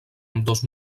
ambdós